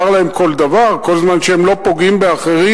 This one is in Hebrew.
להם כל דבר כל עוד הם לא פוגעים באחרים.